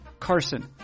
Carson